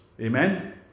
Amen